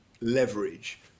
leverage